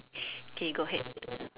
okay go ahead